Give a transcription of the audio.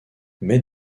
mais